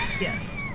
Yes